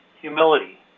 Humility